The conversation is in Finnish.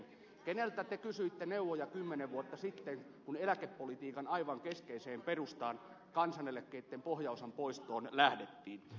keneltä te kysyitte neuvoja kymmenen vuotta sitten kun eläkepolitiikan aivan keskeiseen perustaan kansaneläkkeitten pohjaosan poistoon lähdettiin